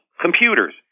computers